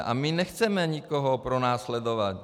A my nechceme nikoho pronásledovat.